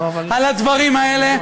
על הדברים האלה,